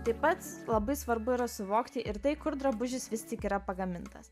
tai pats labai svarbu yra suvokti ir tai kur drabužis vis tik yra pagamintas